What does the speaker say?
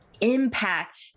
impact